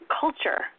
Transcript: culture